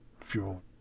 fuel